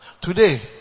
Today